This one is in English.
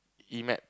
E maths